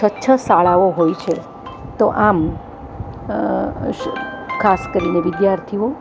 છ છ શાળાઓ હોય છે તો આમ ખાસ કરીને વિદ્યાર્થીઓ